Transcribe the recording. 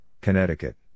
Connecticut